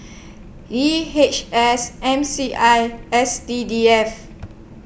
D H S M C I S C D F